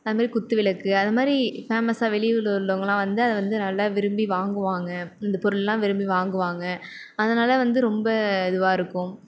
அதுமாதிரி குத்து விளக்கு அதமாதிரி ஃபேமஸாக வெளியூரில் உள்ளவங்களெளாம் வந்து அதை வந்து நல்லா விரும்பி வாங்குவாங்க இந்த பொருள்லாம் விரும்பி வாங்குவாங்க அதனால வந்து ரொம்ப இதுவாக இருக்கும்